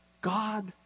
God